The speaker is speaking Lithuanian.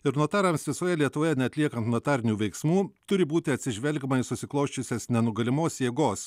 ir notarams visoje lietuvoje neatliekant notarinių veiksmų turi būti atsižvelgiama į susiklosčiusias nenugalimos jėgos